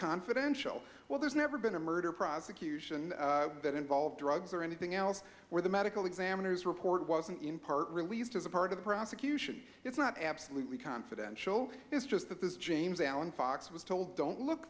confidential well there's never been a murder prosecution that involved drugs or anything else where the medical examiner's report wasn't in part released as a part of the prosecution it's not absolutely confidential it's just that this james alan fox was told don't look